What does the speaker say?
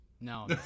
No